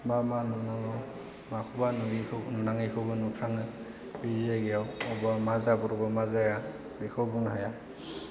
मा मा नङा माखौबा नुयैखौ नुनाङैखौबो नुफ्लाङो बिदि जायगायाव अबाव मा जाब्रबो मा जाया बेखौ बुंनो हाया